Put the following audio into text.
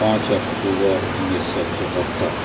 पाँच अक्तूबर उन्नैस सए चौहत्तरि